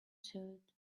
sewed